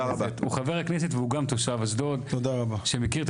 חבר כנסת והוא גם תושב אשדוד שמכיר את